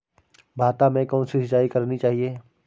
भाता में कौन सी सिंचाई करनी चाहिये?